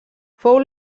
fou